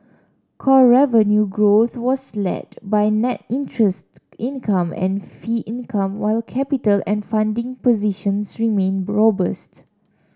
core revenue growth was led by net interest income and fee income while capital and funding positions remain robust